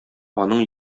аның